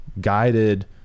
guided